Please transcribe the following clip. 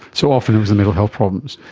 so, often it was the mental health problems.